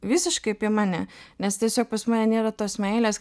visiškai apie mane nes tiesiog pas mane nėra tos meilės